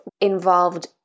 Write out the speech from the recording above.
involved